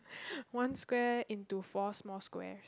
one square into four small squares